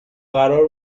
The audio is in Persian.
قرار